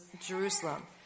Jerusalem